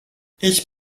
ich